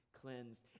cleansed